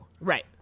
Right